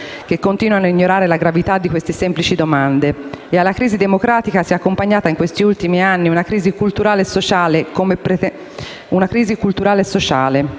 che continuano ad ignorare la gravità di queste semplici domande. E alla crisi democratica si è accompagnata in questi ultimi anni una crisi culturale e sociale.